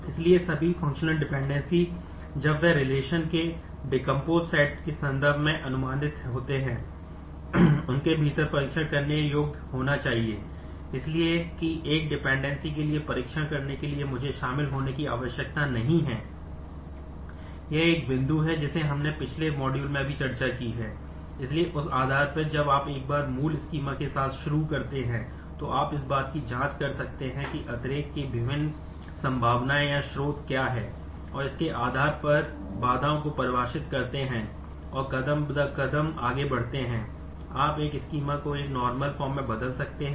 इसलिए सभी functional dependency कर दिया है